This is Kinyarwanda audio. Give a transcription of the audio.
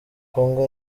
congo